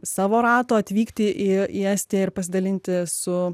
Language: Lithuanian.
savo rato atvykti į į estiją ir pasidalinti su